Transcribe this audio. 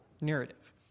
narrative